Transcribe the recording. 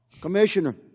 commissioner